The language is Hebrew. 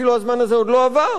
אפילו הזמן הזה עוד לא עבר,